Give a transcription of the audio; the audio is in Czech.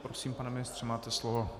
Prosím, pane ministře, máte slovo.